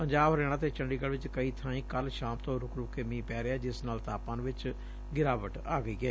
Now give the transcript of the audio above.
ਪੰਜਾਬ ਹਰਿਆਣਾ ਅਤੇ ਚੰਡੀਗੜ੍ਹ ਚ ਕਈ ਥਾਈਂ ਕੱਲ੍ਹ ਸ਼ਾਮ ਤੋਂ ਰੁਕ ਰੁਕ ਕੇ ਮੀਂਹ ਪੈ ਰਿਹੈ ਜਿਸ ਨਾਲ ਤਾਪਮਾਨ ਵਿਚ ਗਿਰਾਵਟ ਆ ਗਈ ਏ